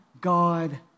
God